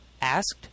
asked